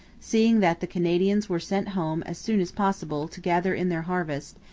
seeing that the canadians were sent home as soon as possible to gather in their harvest,